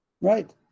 right